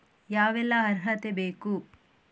ಯಾವೆಲ್ಲ ಅರ್ಹತೆ ಬೇಕು?